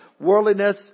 worldliness